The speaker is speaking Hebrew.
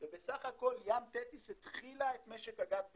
ובסך הכול ים תטיס התחילה את משק הגז בישראל.